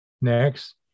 Next